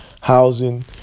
housing